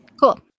cool